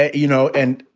you know, and